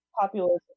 populism